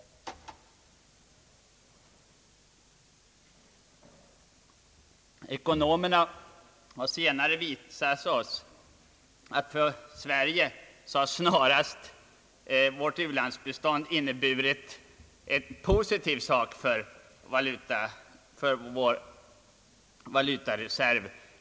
Ekonomerna har senare visat oss att vårt ulandsbistånd snarast haft en positiv effekt på vår valutareserv.